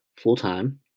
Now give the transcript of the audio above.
full-time